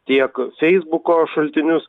tiek feisbuko šaltinius